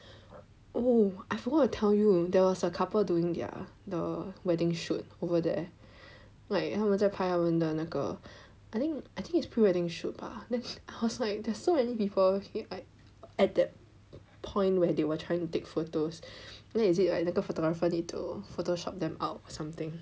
oh I forgot to tell you there was a couple doing their the wedding shoot over there like 他们在拍他们的那个 I think I think it's pre-wedding shoot bah I was like there's so many people at that point where they were trying to take photos then is it like 那个 photographer need to photoshop them out or something